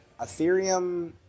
Ethereum